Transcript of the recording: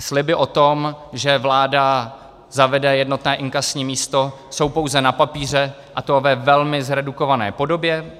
Sliby o tom, že vláda zavede jednotné inkasní místo, jsou pouze na papíře, a to ve velmi zredukované podobě.